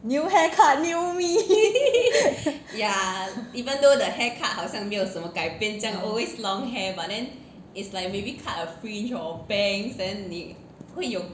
new hair new me